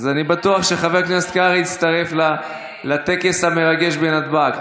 אז אני בטוח שחבר הכנסת קרעי יצטרף לטקס המרגש בנתב"ג.